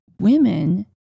women